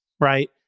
right